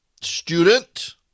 student